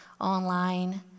online